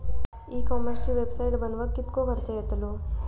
E कॉमर्सची website बनवक किततो खर्च येतलो?